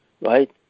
right